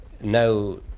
now